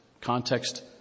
Context